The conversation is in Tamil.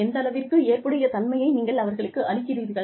எந்தளவிற்கு ஏற்புடையத் தன்மையை நீங்கள் அவர்களுக்கு அளிக்கிறீர்கள்